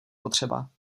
potřeba